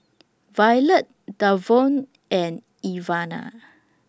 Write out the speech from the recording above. Violette Davon and Ivana